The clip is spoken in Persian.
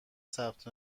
ثبت